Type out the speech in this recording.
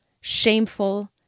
shameful